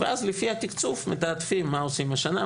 ואז לפי התיקצוב מתעדפים מה עושים השנה,